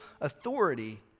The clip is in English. authority